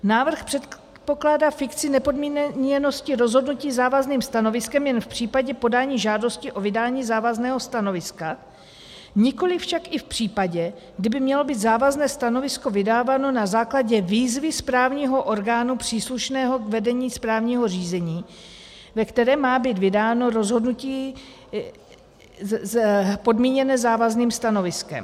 Návrh předpokládá fikci nepodmíněnosti rozhodnutí závazným stanoviskem jen v případě podání žádosti o vydání závazného stanoviska, nikoliv však v případě, kdy by mělo být závazné stanovisko vydáváno na základě výzvy správního orgánu příslušného k vedení správního řízení, ve kterém má být vydáno rozhodnutí podmíněné závazným stanoviskem.